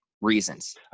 reasons